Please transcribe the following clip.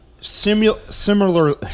similar